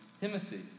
Timothy